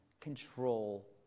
control